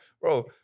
bro